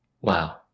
Wow